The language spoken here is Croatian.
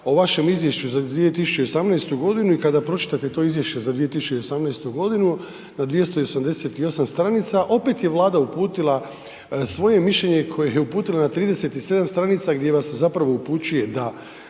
o vašem izvješću za 2018.godinu i kada pročitate to izvješće za 2018.godinu na 288 stranica opet je Vlada uputila svoje mišljenje koje je uputila na 37 stranica gdje vas upućuje da